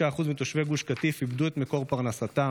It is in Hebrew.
כ-65% מתושבי גוש קטיף איבדו את מקור פרנסתם.